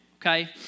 okay